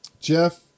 Jeff